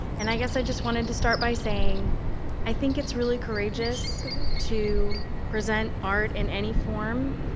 and i guess i just wanted to start by saying i think it's really courageous to present art, in any form,